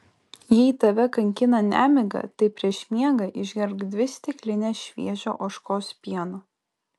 jei tave kankina nemiga tai prieš miegą išgerk dvi stiklines šviežio ožkos pieno